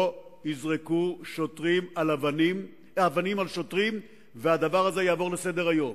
לא יזרקו אבנים על שוטרים ויעברו על הדבר הזה לסדר-היום.